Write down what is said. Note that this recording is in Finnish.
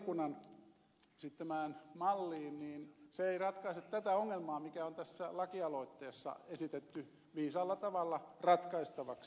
vilkunan esittämään malliin niin se ei ratkaise tätä ongelmaa mikä on tässä lakialoitteessa esitetty viisaalla tavalla ratkaistavaksi